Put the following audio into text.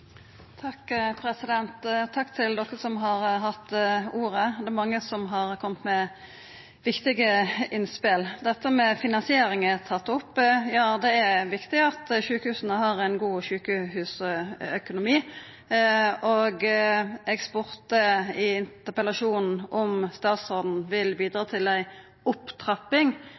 Takk til dei som har hatt ordet. Det er mange som har kome med viktige innspel. Dette med finansiering er tatt opp. Det er viktig at sjukehusa har ein god økonomi. Eg spurde i interpellasjonen om statsråden ville bidra til ei opptrapping